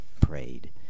prayed